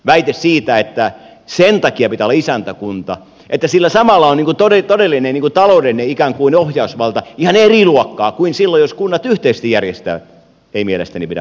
väite siitä että sen takia pitää olla isäntäkunta että sillä samalla on ikään kuin todellinen taloudellinen ohjausvalta ihan eri luokkaa kuin silloin jos kunnat yhteisesti järjestävät ei mielestäni pidä paikkaansa